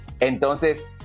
Entonces